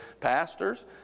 Pastors